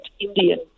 Indian